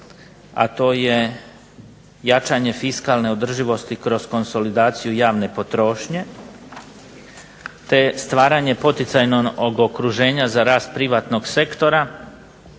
a to je jačanje fiskalne održivosti kroz konsolidaciju javne potrošnje, te stvaranje poticajnog okruženja za rast privatnog sektora